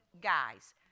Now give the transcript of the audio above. guys